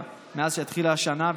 מאז שהתחילה השנה,